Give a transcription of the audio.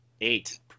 eight